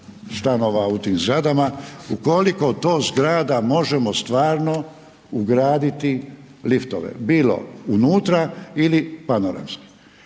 stanova u tim zgradama ukoliko to zgrada možemo stvarno ugraditi liftove, bilo unutra ili panoramski.